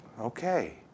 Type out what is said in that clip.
okay